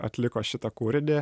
atliko šitą kūrinį